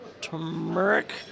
Turmeric